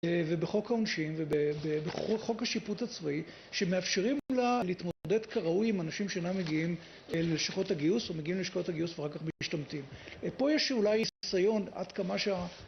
ובחוק העונשין ובחוק השיפוט הצבאי שמאפשרים לה להתמודד כראוי עם אנשים שאינם מגיעים ללשכות הגיוס או מגיעים ללשכות הגיוס ואחר כך משתמטים פה יש אולי ניסיון עד כמה שה...